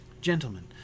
Gentlemen